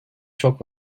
çok